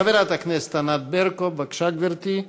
חברת הכנסת ענת ברקו, בבקשה, גברתי.